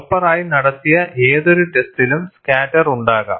proper ആയി നടത്തിയ ഏതൊരു ടെസ്റ്റിലും സ്കേറ്റർ ഉണ്ടാകാം